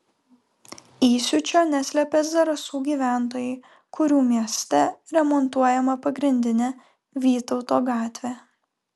įsiūčio neslėpė zarasų gyventojai kurių mieste remontuojama pagrindinė vytauto gatvė